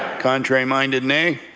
contrary minded, nay.